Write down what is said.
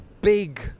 big